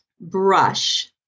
brush